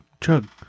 chug